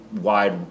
wide